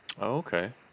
Okay